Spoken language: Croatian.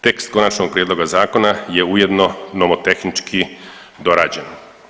Tekst konačnog prijedloga zakona je ujedno nomotehnički dorađeno.